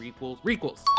requels